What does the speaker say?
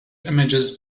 images